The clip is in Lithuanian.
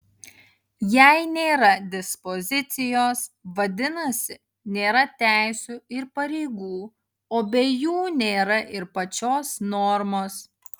jei nėra dispozicijos vadinasi nėra teisių ir pareigų o be jų nėra ir pačios normos